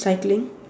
cycling